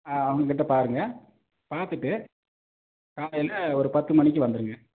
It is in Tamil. அவங்கக்கிட்ட பாருங்கள் பார்த்துட்டு காலையில் ஒரு பத்து மணிக்கு வந்துடுங்க